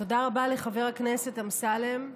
תודה רבה לחבר הכנסת אמסלם.